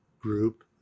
Group